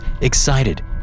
excited